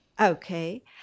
Okay